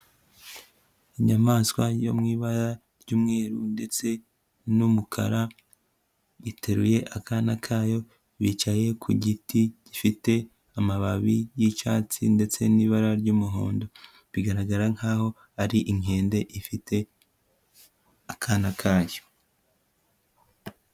Inyamaswa yo mu ibara ry'umweru ndetse n'umukara, iteruye akana kayo bicaye ku giti gifite amababi y'icyatsi ndetse n'ibara ry'umuhondo, bigaragara nk'aho ari inkende ifite akana kayo.